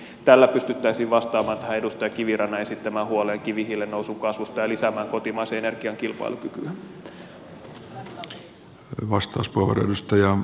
tällä pystyttäisiin vastaamaan tähän edustaja kivirannan esittämään huoleen kivihiilen nousun kasvusta ja lisäämään kotimaisen energian kilpailukykyä